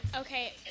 Okay